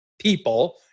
People